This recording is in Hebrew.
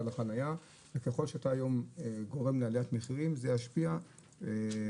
על חנייה וככל שאתה היום גורם לעלית מחירים זה ישפיע גם